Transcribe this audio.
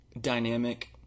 dynamic